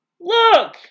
Look